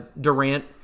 durant